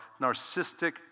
narcissistic